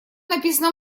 написано